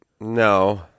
No